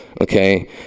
okay